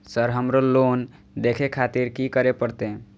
Sir हमरो loan देखें खातिर की करें परतें?